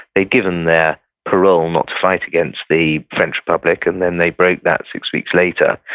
they'd given their parole not to fight against the french republic, and then they break that six weeks later,